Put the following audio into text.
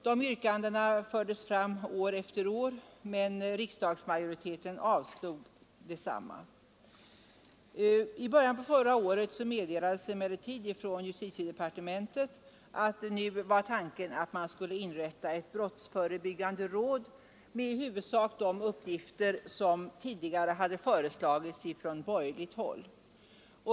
Dessa yrkanden fördes fram år efter år, men riksdagsmajoriteten avslog dem. I början på förra året meddelades emellertid från justitiedepartementet att tanken nu var att inrätta ett brottsförebyggande råd med i huvudsak de uppgifter som tidigare föreslagits från borgerligt håll.